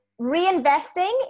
reinvesting